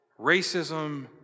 racism